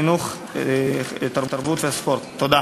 תודה.